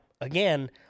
again